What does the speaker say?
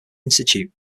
institute